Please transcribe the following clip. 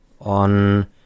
on